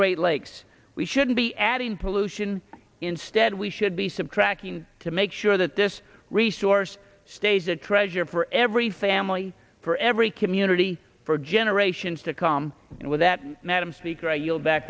great lakes we shouldn't be adding pollution instead we should be subtracting to make sure that this resource stays a treasure for every family for every community for generations to come and with that madam speaker i yield back